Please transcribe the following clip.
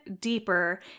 deeper